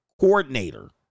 coordinator